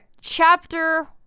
chapter